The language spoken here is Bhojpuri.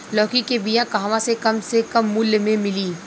लौकी के बिया कहवा से कम से कम मूल्य मे मिली?